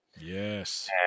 Yes